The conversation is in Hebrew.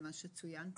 למה שצוין?